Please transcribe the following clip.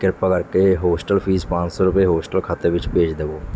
ਕਿਰਪਾ ਕਰਕੇ hostel fees ਪੰਜ ਸੌ ਰੁਪਏ ਹੋਸਟਲ ਖਾਤੇ ਵਿੱਚ ਭੇਜ ਦੇਵੋ